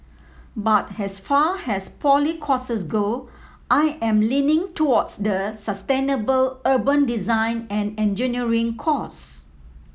but as far as poly courses go I am leaning towards the sustainable urban design and engineering course